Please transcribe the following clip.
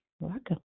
Welcome